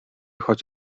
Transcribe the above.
choć